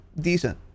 decent